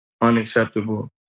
unacceptable